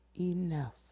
enough